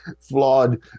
flawed